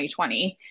2020